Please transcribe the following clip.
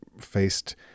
faced